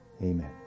Amen